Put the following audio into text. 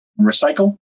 recycle